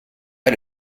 pas